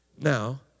Now